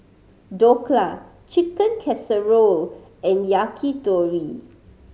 Dhokla Chicken Casserole and Yakitori